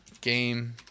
game